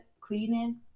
cleaning